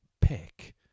pick